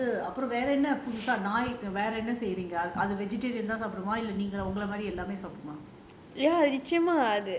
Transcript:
அப்புறம் வந்து அப்புறம் வேற என்ன புதுசா நாய் வேற என்ன செய்றீங்க அது தான் சாபிடுமா இல்ல உங்கள மாரி எல்லா சாபிடுமா:appuram vanthu appuram vera enna puthusa nai vera enna seiringa thaan saapidumaa illa ungala maari ella saapiduma